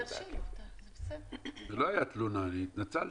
זו לא הייתה תלונה, אני התנצלתי.